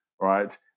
right